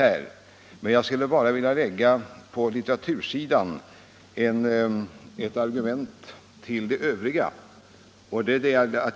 Jag vill emellertid tillägga ytterligare ett argument när det gäller litteraturstödet.